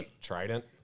trident